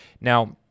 Now